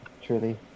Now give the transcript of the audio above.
truly